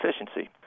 efficiency